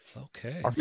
Okay